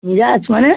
নিরাজ মানে